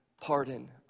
pardon